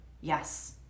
Yes